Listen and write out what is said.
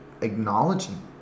acknowledging